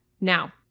Now